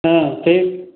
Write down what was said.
हाँ ठीक